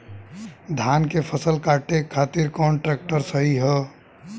धान के फसल काटे खातिर कौन ट्रैक्टर सही ह?